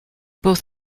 both